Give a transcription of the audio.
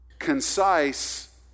concise